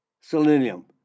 selenium